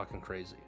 crazy